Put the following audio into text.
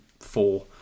four